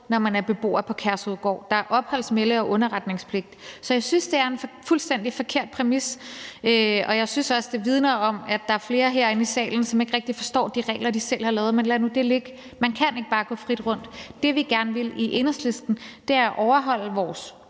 når man er beboer på Kærshovedgård. Der er opholds-, melde- og underretningspligt, så jeg synes, det er en fuldstændig forkert præmis. Og jeg synes også, det vidner om, at der er flere her i salen, som ikke rigtig forstår de regler, de selv har lavet, men lad nu det ligge. Man kan ikke bare gå frit rundt. Det, vi gerne vil i Enhedslisten, er at overholde vores